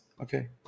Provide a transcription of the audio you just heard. okay